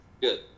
Good